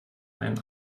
einen